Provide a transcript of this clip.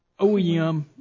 OEM